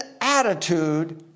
attitude